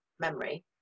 memory